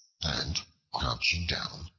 and crouching down,